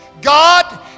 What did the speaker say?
God